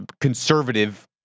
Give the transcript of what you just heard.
conservative